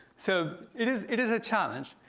so it is it is a challenge.